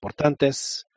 importantes